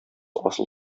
асыл